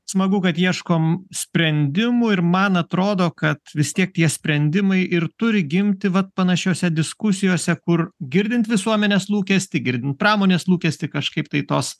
smagu kad ieškom sprendimų ir man atrodo kad vis tiek tie sprendimai ir turi gimti vat panašiose diskusijose kur girdint visuomenės lūkestį girdim pramonės lūkestį kažkaip tai tos